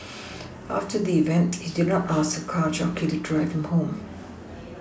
after the event he did not ask a car jockey to drive him home